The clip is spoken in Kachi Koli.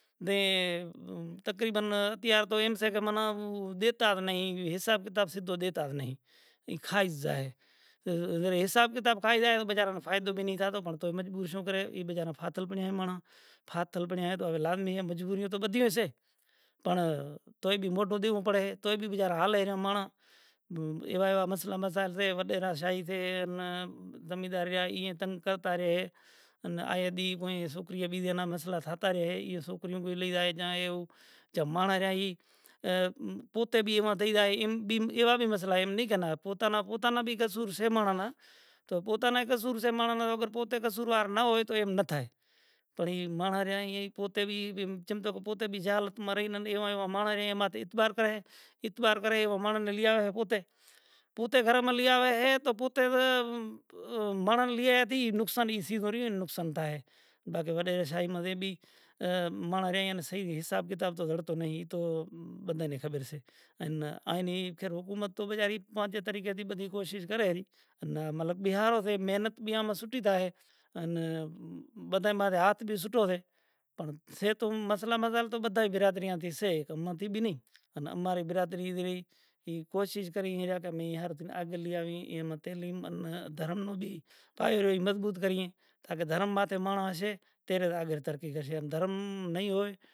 دے تقریباً اتیار تو ایم سے من دیتا نہیں حساب کتاب ای توں دیتاج نہیں۔ ای کھائی زائے۔ اگر حساب کتاب کھائے زائے رے تو بیچارا نو فائدہ بھی نہیں تھا تو پر مجبور شوں کریں ای بیجا نا پھاتل پڑیا ھے مڑاں۔ پھاتل پڑیاں ھے تو اوی لاجمی ھے کہ مجبوریوں تو بدھی ھوئے سے پڑن تو بھی موڈو دیووں پڑے ھے توے بھی بیچارا ھال اے ماڑاں ایوا ایوا مسئلہ مسائل سے وڈیراں شاھی سے ان زمیندار ویا ایئے تنگ کرتا رہیے ھے۔ ان آیا دن سوکریئے بیجے نا مسئلہ تھاتا رہیا ھے۔ ایئے سو کریوں کوئی نوں کوئی لئی جائے جہاں ایووں جا ماڑں رہیا ای پوتے بھی ایواں تھئی جائے رے ایم بیم ایوا بھی مسئلہ ھے ایم کہ نا پوتا نا پوتا نا بھی قصور سے ماڑاں نا تو پوتا نے قصور سے ماڑاں نا تو پوتے قصوروار نہ ھوئے ایم نہ تھائے۔ پڑن ایم ماڑاں رہیا اے ایم پوتے بھی ایم چم تو کہ بھی جہالت ما رہین ایوا ایوا ماڑاں رہیا ایم اعتبار کرے۔ اعتبار کرے ایوا ماڑاں نے لی آوے پوتے پوتے گھر ما لی آوے رے پوتے ماڑن لیائے دھی نقصان اسی بھریو نقصان تھائے باقی وڈیرے سائیں منے بھی ماڑاں رہیا انے صحیح حساب کتاب تو دھڑ تو نہیں تو بدھائینے خبر سے۔ ان آینی ایم خیر حکومت تو بیچاری پانجے طریقے تھی کوشش کرے ری ان بھیارو سے محنت بھی اما سوٹھے تھائے ان بدھائے مارو ہاتھ بھی سوٹھو ھے پڑں سے تو مسئلہ مسائل تو بدھا برادریاں تھی سے اے تو متے بھی نہیں۔ انا اماری برادری ایج رہی۔ ای کوشش کری ھی کہ امے ھر دن آگل لی آوی ایما تیلیم ان دھرم نو بھی پاہیو رے اے مضبوط کریئے کہ دھرم ماتے ماڑن ھشے تیرے آگے ترقی کرشے تے دھرم نہیں ھوئے۔